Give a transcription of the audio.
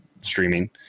streaming